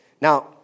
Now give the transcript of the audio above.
Now